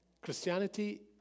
Christianity